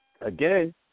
again